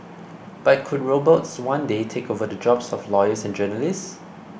but could robots one day take over the jobs of lawyers and journalists